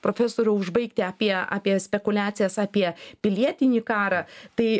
profesoriau užbaigti apie apie spekuliacijas apie pilietinį karą tai